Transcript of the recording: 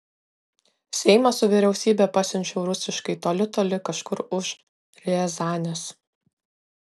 seimą su vyriausybe pasiunčiau rusiškai toli toli kažkur už riazanės